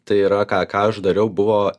tai yra ką ką aš dariau buvo